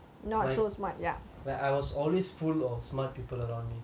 like I was always full of smart people around me